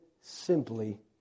simply